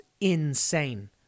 insane